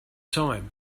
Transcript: time